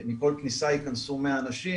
יכנסו 100 אנשים,